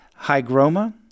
hygroma